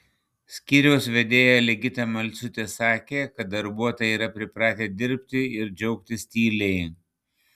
skyriaus vedėja ligita malciūtė sakė kad darbuotojai yra pripratę dirbti ir džiaugtis tyliai